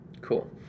Cool